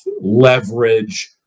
leverage